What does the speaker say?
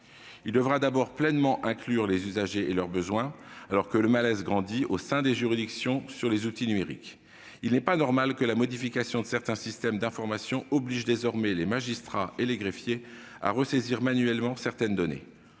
Il devra tout d'abord pleinement inclure les usagers et leurs besoins, alors que le malaise grandit au sein des juridictions sur les outils numériques. Il n'est pas normal que la modification de certains systèmes d'information oblige désormais les magistrats et les greffiers à ressaisir manuellement certaines données